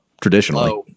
traditionally